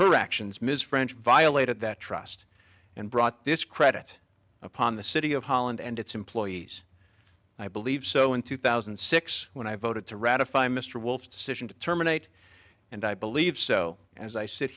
her actions ms french violated that trust and brought discredit upon the city of holland and its employees i believe so in two thousand and six when i voted to ratify mr wulf decision to terminate and i believe so as i sit